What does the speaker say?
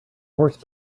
horse